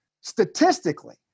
statistically